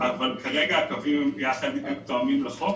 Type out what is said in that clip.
אבל כרגע הקווים תואמים לחוק.